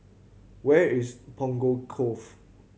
where is Punggol Cove